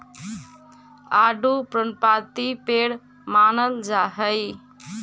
आडू पर्णपाती पेड़ मानल जा हई